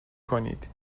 کنید